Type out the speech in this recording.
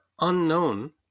unknown